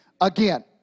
again